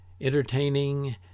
entertaining